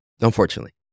unfortunately